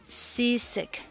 seasick